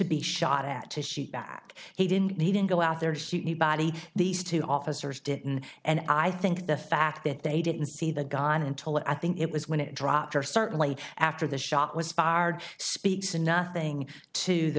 be shot at to shoot back he didn't he didn't go out there to see anybody these two officers didn't and i think the fact that they didn't see the guy on until i think it was when it dropped or certainly after the shot was fired speaks and nothing to the